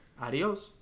Adios